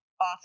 off